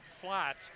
flat